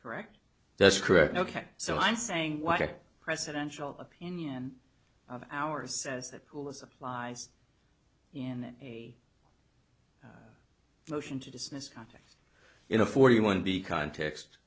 correct that's correct ok so i'm saying what presidential opinion of ours says that pool is applies in a motion to dismiss context in a forty one b context